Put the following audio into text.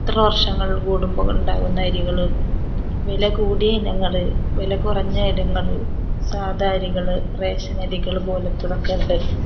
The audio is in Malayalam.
ഇത്ര വർഷങ്ങള് കൂടുമ്പോള് ഉണ്ടാകുന്ന അരികളും വിലകൂടിയ ഇനങ്ങള് വിലകുറഞ്ഞ ഇനങ്ങള് സാധാ അരികള് റേഷനരികള് പോലത്തെയൊക്കെയുണ്ട്